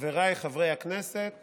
חבריי חברי הכנסת